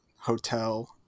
hotel